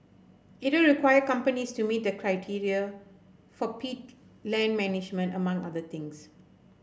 it will require companies to meet the criteria for peat land management among other things